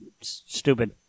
stupid